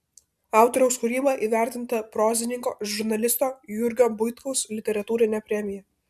autoriaus kūryba įvertinta prozininko žurnalisto jurgio buitkaus literatūrine premija